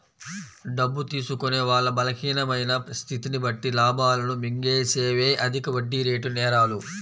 డబ్బు తీసుకునే వాళ్ళ బలహీనమైన స్థితిని బట్టి లాభాలను మింగేసేవే అధిక వడ్డీరేటు నేరాలు